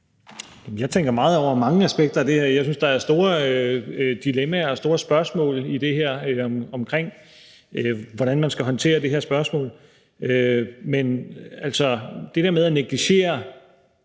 Jeg tænker meget over mange aspekter af det her. Jeg synes, at der er store dilemmaer og store spørgsmål i det her med, hvordan man skal håndtere det her spørgsmål. Men selv hvis det er